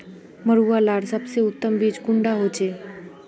मरुआ लार सबसे उत्तम बीज कुंडा होचए?